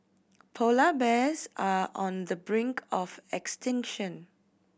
polar bears are on the brink of extinction